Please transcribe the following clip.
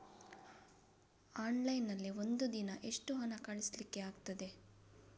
Online ನಲ್ಲಿ ಒಂದು ದಿನ ಎಷ್ಟು ಹಣ ಕಳಿಸ್ಲಿಕ್ಕೆ ಆಗ್ತದೆ?